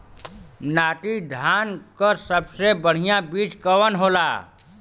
नाटी धान क सबसे बढ़िया बीज कवन होला?